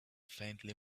faintly